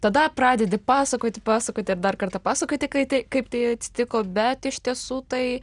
tada pradedi pasakoti pasakoti ir dar kartą pasakoti kai tai kaip tai atsitiko bet iš tiesų tai